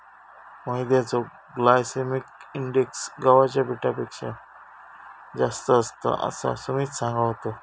मैद्याचो glycemic index गव्हाच्या पिठापेक्षा जास्त असता, असा सुमित सांगा होतो